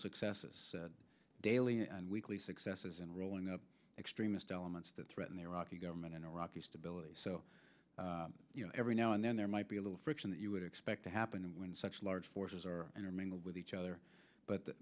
successes daily and weekly successes in rolling up extremist elements that threaten the iraqi government in iraq the stability so you know every now and then there might be a little friction that you would expect to happen when such large forces are intermingled with each other but